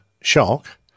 shock